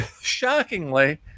shockingly